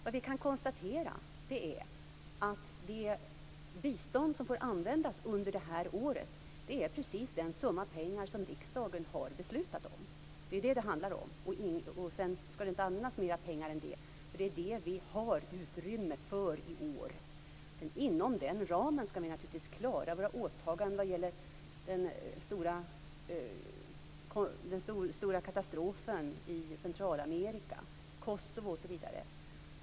Vad vi kan konstatera är att det bistånd som får användas under det här året är precis den summa pengar som riksdagen har beslutat om. Det är vad det handlar om. Sedan skall det inte användas mera pengar än det. Det är det vi i år har utrymme för. Inom den ramen skall vi naturligtvis klara våra åtaganden vad gäller den stora katastrofen i Centralamerika, Kosovo osv.